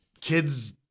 kids